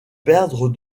perdre